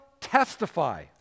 testify